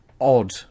odd